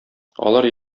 алар